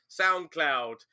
SoundCloud